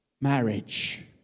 marriage